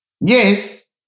Yes